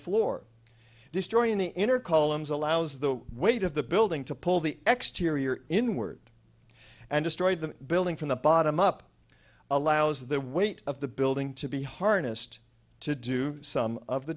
floor destroying the inner columns allows the weight of the building to pull the exteriors inward and destroy the building from the bottom up allows the weight of the building to be harnessed to do some of the